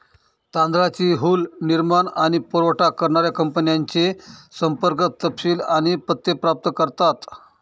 तांदळाची हुल निर्माण आणि पुरावठा करणाऱ्या कंपन्यांचे संपर्क तपशील आणि पत्ते प्राप्त करतात